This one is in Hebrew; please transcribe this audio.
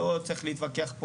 לא צריך להתווכח פה,